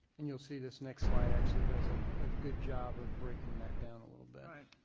and you'll see this next slide actually does ah a good job of breaking that down a little bit.